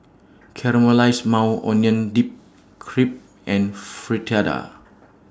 Caramelized Maui Onion Dip Crepe and Fritada